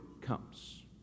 comes